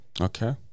Okay